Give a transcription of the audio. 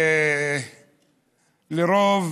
לרוב